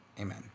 Amen